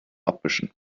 abwischen